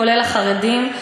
כולל החרדים,